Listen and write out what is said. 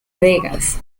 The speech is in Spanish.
vegas